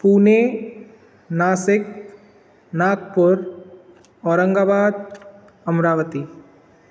Pune Nashik Nagpur Aurangabad Amravati